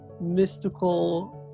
mystical